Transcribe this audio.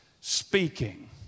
speaking